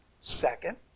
Second